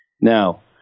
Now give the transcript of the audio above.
Now